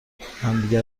همدیگه